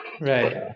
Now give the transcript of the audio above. Right